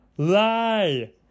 Lie